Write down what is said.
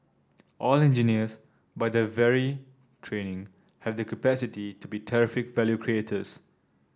all engineers by their very training have the capacity to be terrific value creators